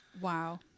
Wow